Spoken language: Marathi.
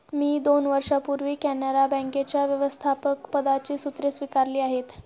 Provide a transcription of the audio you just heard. मी दोन वर्षांपूर्वी कॅनरा बँकेच्या व्यवस्थापकपदाची सूत्रे स्वीकारली आहेत